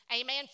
Amen